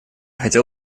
хотел